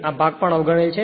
આ ભાગ પણ અવગણેલ છે